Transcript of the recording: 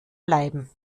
bleiben